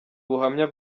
ubuhamya